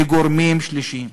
לגורמים שלישיים."